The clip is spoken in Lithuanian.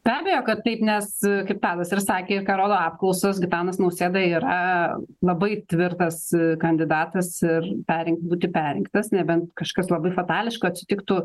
be abejo kad taip nes kaip tadas ir sakė ką rodo apklausos gitanas nausėda yra labai tvirtas kandidatas ir perrinkt būti perrinktas nebent kažkas labai fatališka atsitiktų